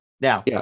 Now